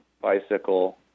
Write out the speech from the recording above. bicycle